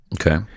Okay